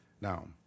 Now